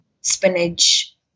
spinach